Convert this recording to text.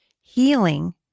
Healing